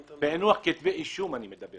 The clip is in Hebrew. אני מדבר